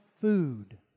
food